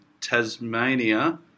Tasmania